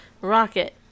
Rocket